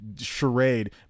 charade